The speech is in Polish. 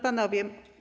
Panowie!